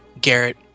Garrett